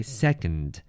second